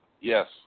Yes